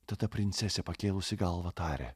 tada princesė pakėlusi galvą tarė